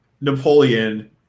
Napoleon